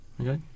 Okay